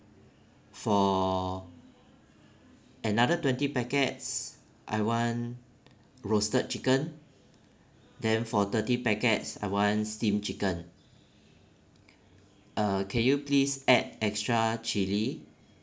for another twenty packets I want roasted chicken then for thirty packets I want steamed chicken ah can you please add extra chili